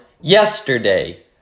yesterday